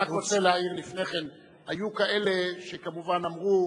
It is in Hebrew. אני רק רוצה להעיר לפני כן: היו כאלה שכמובן אמרו